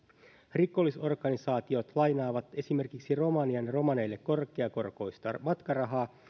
rikollis organisaatiot lainaavat esimerkiksi romanian romaneille korkeakorkoista matkarahaa